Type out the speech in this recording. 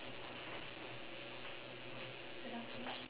oh actions are louder than words ha